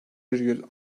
virgül